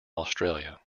australia